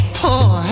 poor